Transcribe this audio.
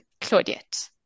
Claudette